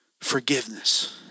forgiveness